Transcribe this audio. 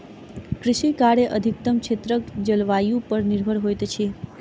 कृषि कार्य अधिकतम क्षेत्रक जलवायु पर निर्भर होइत अछि